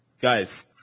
Guys